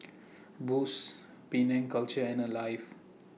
Boost Penang Culture and Alive